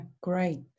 great